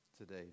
today